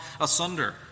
asunder